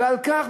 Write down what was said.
ועל כך,